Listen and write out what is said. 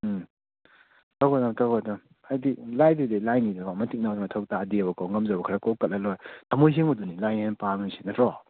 ꯎꯝ ꯇꯧꯒꯗꯕꯅꯤ ꯇꯧꯒꯗꯕꯅꯤ ꯍꯥꯏꯗꯤ ꯂꯥꯏꯗꯨꯗꯤ ꯂꯥꯏꯅꯤꯗꯅ ꯀꯣ ꯃꯟꯇꯤꯛꯅꯕꯩ ꯃꯊꯧ ꯇꯥꯗꯦꯕꯀꯣ ꯉꯝꯖꯕ ꯈꯔ ꯀꯣꯛ ꯀꯠꯂ ꯂꯣꯏꯔꯦ ꯊꯝꯃꯣꯏ ꯁꯦꯡꯕꯗꯨꯅꯤ ꯂꯥꯏꯅ ꯍꯦꯟꯅ ꯄꯥꯝꯃꯤꯁꯤ ꯅꯠꯇ꯭ꯔꯣ